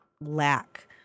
lack